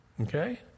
Okay